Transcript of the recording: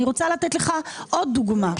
אני רוצה לתת לך עוד דוגמה.